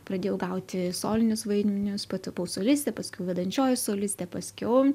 pradėjau gauti solinius vaidmenius patapau soliste paskiau vedančioji solistė paskiau